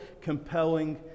compelling